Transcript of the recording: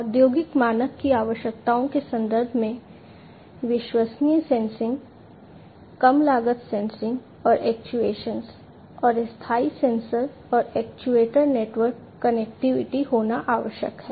औद्योगिक मानक की आवश्यकताओं के संदर्भ में विश्वसनीय सेंसिंग और स्थायी सेंसर और एक्चुएटर नेटवर्क कनेक्टिविटी होना आवश्यक है